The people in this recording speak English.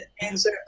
Answer